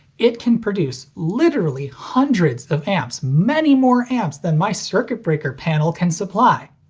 it can produce literally hundreds of amps many more amps than my circuit breaker panel can supply.